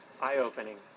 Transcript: eye-opening